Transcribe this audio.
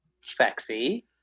sexy